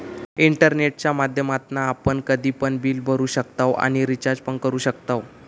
इंटरनेटच्या माध्यमातना आपण कधी पण बिल भरू शकताव आणि रिचार्ज पण करू शकताव